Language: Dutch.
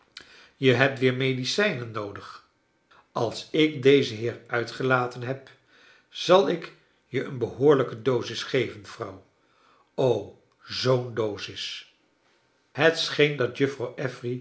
je hebt weer medicijnen noodig als ik dezen heer uitgelaten heb zal ik je een behoorlijke dosis geven vrouw o zoo'n dosis v het scheen dat